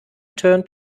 turned